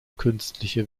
künstliche